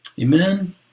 Amen